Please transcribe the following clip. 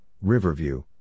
Riverview